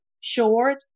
short